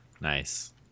nice